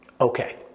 okay